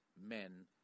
men